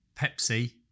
pepsi